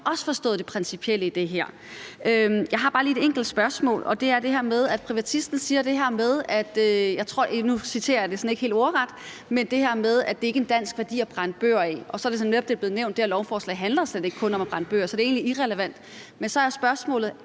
også har forstået det principielle i det her. Jeg har bare lige et enkelt spørgsmål. Det er, fordi privatisten siger det her med – nu citerer jeg det ikke sådan helt ordret – at det ikke er en dansk værdi at brænde bøger af. Som det netop er blevet nævnt, handler det her lovforslag slet ikke kun om at brænde bøger, så det er egentlig irrelevant. Men så er spørgsmålet: